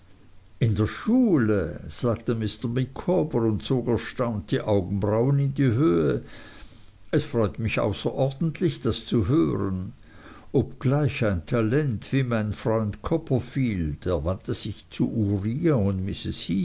in der schule sagte mr micawber und zog erstaunt die augenbrauen in die höhe es freut mich außerordentlich das zu hören obgleich ein talent wie mein freund copperfield er wandte sich zu uriah